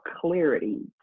clarity